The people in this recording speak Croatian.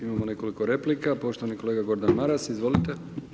Imamo nekoliko replika, poštovani kolega Gordan Maras, izvolite.